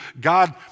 God